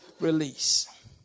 release